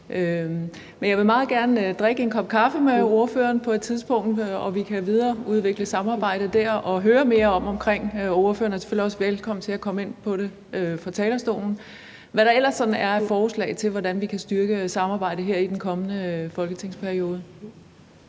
jeg vil meget gerne drikke en kop kaffe med ordføreren på et tidspunkt, hvor vi kan videreudvikle samarbejdet og høre mere om det. Ordføreren er selvfølgelig også velkommen til at komme ind på fra talerstolen, hvad der ellers er af forslag om, hvordan vi kan styrke samarbejdet her i den kommende folketingsperiode.